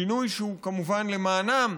שינוי שהוא כמובן למענם,